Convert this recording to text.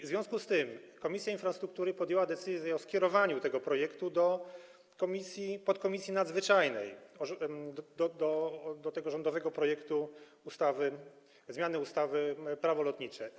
W związku z tym Komisja Infrastruktury podjęła decyzję o skierowaniu tego projektu do podkomisji nadzwyczajnej do tego rządowego projektu zmiany ustawy Prawo lotnicze.